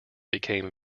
became